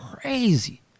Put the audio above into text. crazy